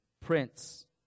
prince